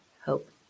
Hope